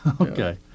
Okay